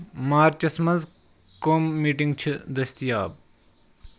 مارچس منٛز کُم میٹینگ چھِ دٔستِیاب ؟